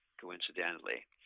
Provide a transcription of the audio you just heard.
coincidentally